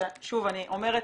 ששוב אני אומרת,